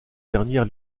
dernière